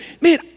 man